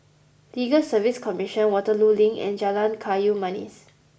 Legal Service Commission Waterloo Link and Jalan Kayu Manis